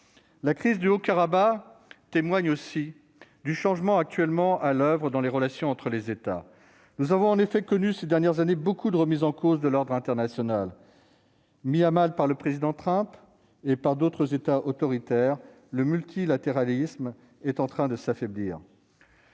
La crise du Haut-Karabagh témoigne aussi du changement actuellement à l'oeuvre dans les relations entre les États. Nous avons en effet connu, ces dernières années, de nombreuses remises en cause de l'ordre international. Mis à mal par le président Trump et par certains États autoritaires, le multilatéralisme est en train de s'affaiblir.